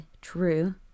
true